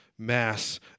mass